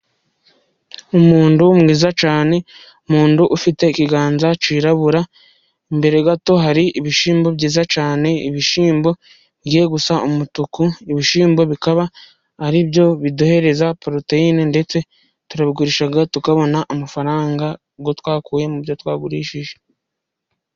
Umuntu mwiza cyane. Umuntu ufite ikiganza cyirabura, imbere gato hari ibishimbo byiza cyane, ibishimbo bigiye gusa umutuku, ibishimbo bikaba ari byo biduhereza puroteyine, ndetse turabigurisha tukabona amafaranga ubwo twakuye mu byo twagurishije.